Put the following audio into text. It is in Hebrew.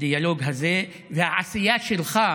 הדיאלוג הזה והעשייה שלך,